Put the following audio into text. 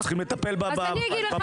צריכים לטפל בפוגעים.